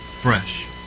fresh